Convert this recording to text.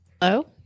Hello